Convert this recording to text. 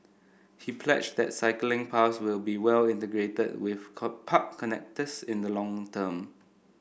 he pledged that cycling paths will be well integrated with park connectors in the long term